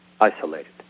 isolated